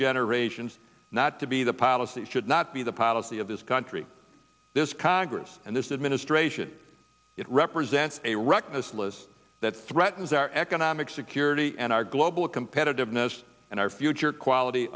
generations not to be the policy should not be the policy of this country this congress and this administration it represents a reckless list that threatens our economic security and our global competitiveness and our future quality